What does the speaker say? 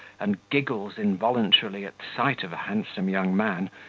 and giggles involuntarily at sight of a handsome young man,